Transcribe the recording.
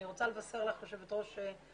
אני רוצה לבשר לך יושבת ראש הוועדה